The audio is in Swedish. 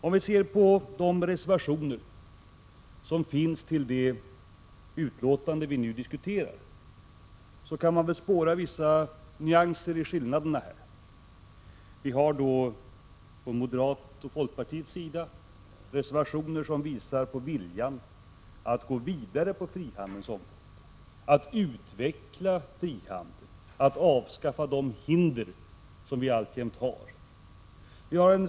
Om man ser till de reservationer som finns fogade till det betänkande vi nu diskuterar, kan man spåra vissa nyansskillnader. Vi har från moderata samlingspartiets och folkpartiets sida reservationer som visar på viljan att gå vidare på frihandelsområdet, att utveckla frihandel och avskaffa de hinder som vi alltjämt har.